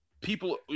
people